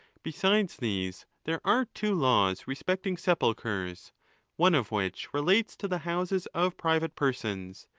beside these, there are two laws respecting sepulchres, one of which relates to the houses of private persons,